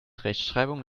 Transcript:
rechtschreibung